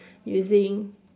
using